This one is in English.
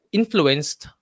influenced